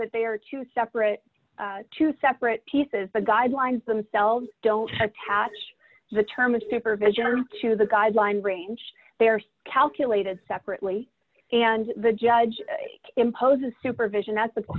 that they are two separate two separate pieces the guidelines themselves don't attach the term of supervision or to the guideline range they are calculated separately and the judge imposes supervision ethical